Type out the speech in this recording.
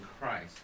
Christ